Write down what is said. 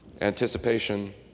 anticipation